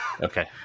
okay